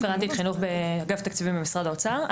רפרנטית חינוך באגף התקציבים במשרד האוצר.